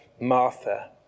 Martha